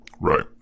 Right